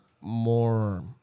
more